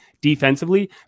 defensively